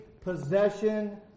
possession